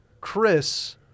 Chris